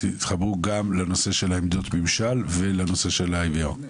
שתתחברו גם לעמדות ממשל ולנושא של ה-IVR.